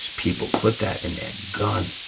people put that in their gun,